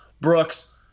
Brooks